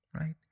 right